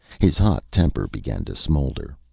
his hot temper began to smolder,